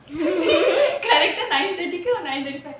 correct uh nine thirty or nine thirty five